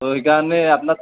সেইকাৰণে আপোনাক